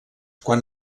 quan